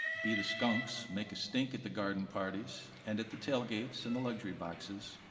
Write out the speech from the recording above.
be the skunks, make a stink at the garden parties, and at the tailgates and the luxury boxes.